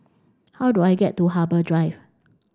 how do I get to Harbour Drive